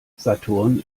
saturn